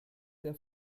der